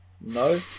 no